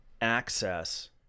access